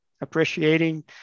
Appreciating